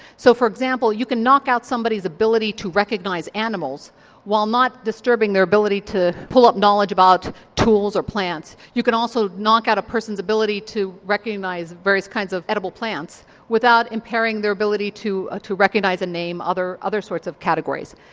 so for example you can knock out somebody's ability to recognise animals while not disturbing their ability to pull up knowledge about tools or plants. you can also knock out a person's ability to recognise various kinds of edible plants without impairing their ability to to recognise a name, other other sorts of categories.